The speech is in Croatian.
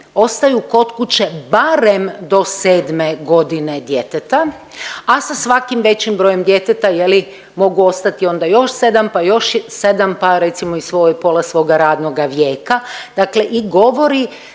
ostaju kod kuće barem do 7 godine djeteta, a sa svakim većim brojem djeteta je li mogu ostati još 7, pa još 7 pa recimo i pola svoga radnoga vijeka, dakle i govori